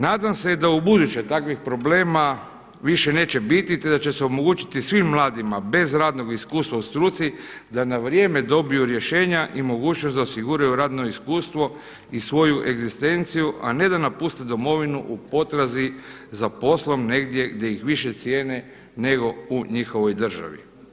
Nadam se da ubuduće takvih problema više neće biti te da će se omogućiti svim mladima bez radnog iskustva u struci da na vrijeme dobiju rješenja i mogućnost da osiguraju radno iskustvo i svoju egzistenciju, a ne da napuste domovinu u potrazi za poslom negdje gdje ih više cijene, nego u njihovoj državi.